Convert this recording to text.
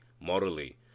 morally